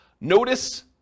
Notice